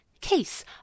case